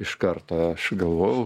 iš karto aš galvojau